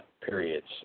periods